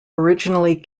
originally